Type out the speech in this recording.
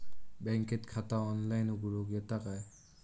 बँकेत खाता ऑनलाइन उघडूक येता काय?